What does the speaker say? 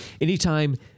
Anytime